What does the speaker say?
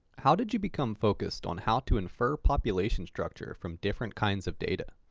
how did you become focused on how to infer population structure from different kinds of data?